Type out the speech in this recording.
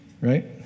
right